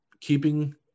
keeping